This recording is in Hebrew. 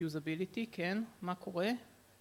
Usability, כן, מה קורה?